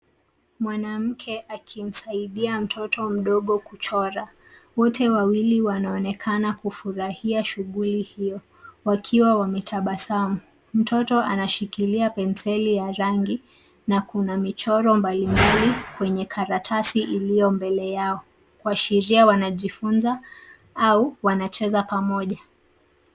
Mwanamke akimsaidia mtoto mdogo kuchora. Wote wawili wanaonekana kufurahia shughuli hio wakiwa wametabasamu. Mtoto anashikilia penseli ya rangi na kuna michoro mbalimbali kwenye karatasi iliyo mbele yao kuashiria wanajifunza au wanacheza pamoja.